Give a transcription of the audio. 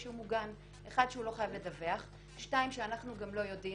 שהוא מוגן שהוא לא חייב לדווח ושנית שאנחנו גם לא יודעים.